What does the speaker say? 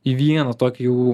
į vieną tokį jau